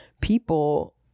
people